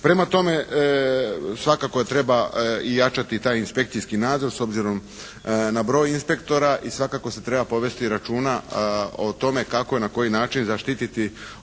Prema tome svakako treba jačati taj inspekcijski nadzor s obzirom na broj inspektora i svakako se treba povesti računa o tome kako i na koji način zaštiti buduća